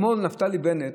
אתמול נפתלי בנט,